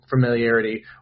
familiarity